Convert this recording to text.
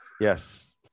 yes